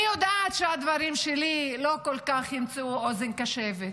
אני יודעת שהדברים שלי לא כל כך ימצאו אוזן קשבת,